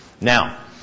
Now